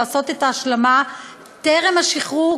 לעשות את ההשלמה טרם השחרור,